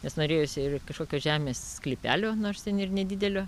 nes norėjosi ir kažkokio žemės sklypelio nors ten ir nedidelio